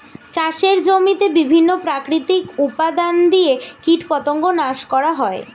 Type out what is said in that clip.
চাষের জমিতে বিভিন্ন প্রাকৃতিক উপাদান দিয়ে কীটপতঙ্গ নাশ করা হয়